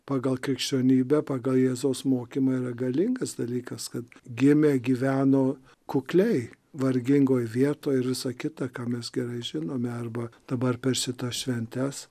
pagal krikščionybę pagal jėzaus mokymą yra galingas dalykas kad gimė gyveno kukliai vargingoj vietoj ir visa kita ką mes gerai žinome arba dabar per šitas šventes